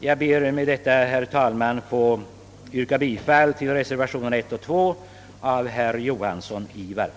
Jag ber med detta, herr talman, att få yrka bifall till reservationerna nr 1 och 2 av herr Ivar Johansson m.fl.